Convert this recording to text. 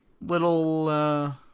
little